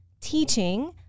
teaching